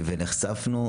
העניין הוא תפיסתי.